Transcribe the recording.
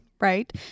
Right